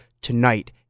tonight